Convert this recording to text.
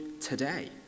today